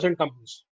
companies